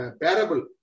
parable